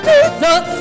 Jesus